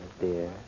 dear